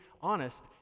honest